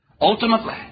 Ultimately